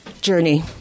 journey